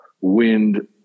wind